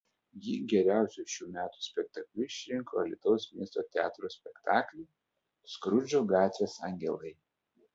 ji geriausiu šių metų spektakliu išrinko alytaus miesto teatro spektaklį skrudžo gatvės angelai